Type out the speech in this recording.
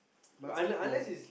but twelve like